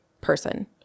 person